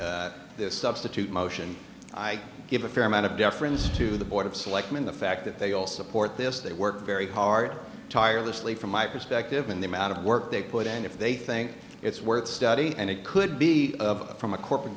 this substitute motion i give a fair amount of deference to the board of selectmen the fact that they all support this they work very hard tirelessly from my perspective and the amount of work they put and if they think it's worth studying and it could be of from a corporate